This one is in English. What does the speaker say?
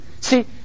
See